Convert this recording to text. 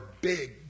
big